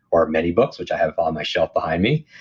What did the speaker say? or many books, which i have on my shelf behind me,